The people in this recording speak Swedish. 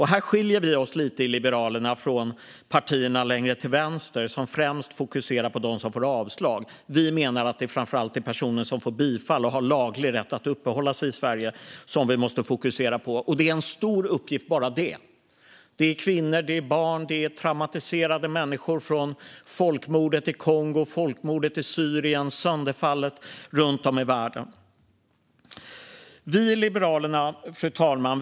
Här skiljer sig Liberalerna lite från partierna längre till vänster, som främst fokuserar på dem som får avslag. Vi menar att det framför allt ska vara de personer som får bifall och har laglig rätt att uppehålla sig i Sverige som vi måste fokusera på. Det är en stor uppgift bara det. Det handlar om kvinnor, barn och traumatiserade människor från folkmordet i Kongo, folkmordet i Syrien och sönderfallet runt om i världen. Fru talman!